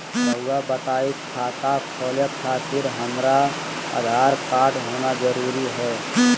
रउआ बताई खाता खोले खातिर हमरा आधार कार्ड होना जरूरी है?